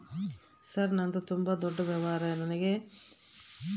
Sir ನಂದು ತುಂಬಾ ದೊಡ್ಡ ವ್ಯವಹಾರ ಇದೆ ನನಗೆ ಕ್ರೆಡಿಟ್ ಕಾರ್ಡ್ ಬೇಕು ನಿಮ್ಮ ಬ್ಯಾಂಕಿನ್ಯಾಗ ಸಿಗುತ್ತಾ?